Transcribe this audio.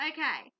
Okay